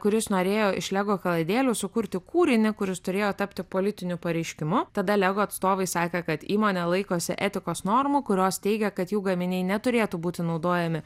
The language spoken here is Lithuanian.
kuris norėjo iš lego kaladėlių sukurti kūrinį kuris turėjo tapti politiniu pareiškimu tada lego atstovai sakė kad įmonė laikosi etikos normų kurios teigia kad jų gaminiai neturėtų būti naudojami